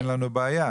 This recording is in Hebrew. אין לנו בעיה,